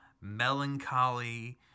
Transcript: melancholy